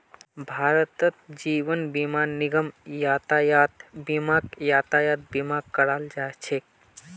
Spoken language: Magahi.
भारतत जीवन बीमा निगम यातायात बीमाक यातायात बीमा करा छेक